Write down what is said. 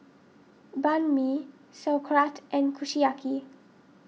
Banh Mi Sauerkraut and Kushiyaki